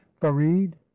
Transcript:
farid